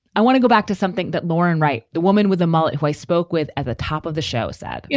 i want to go back to something that lauren. right the woman with a mullet who i spoke with at the top of the show said, you